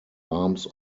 arms